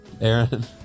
Aaron